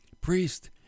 priest